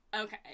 Okay